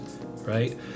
Right